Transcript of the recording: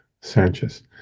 sanchez